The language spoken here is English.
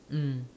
mm